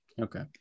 Okay